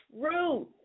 truth